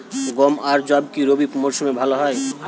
গম আর যব কি রবি মরশুমে ভালো হয়?